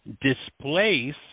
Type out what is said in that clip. displace